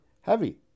heavy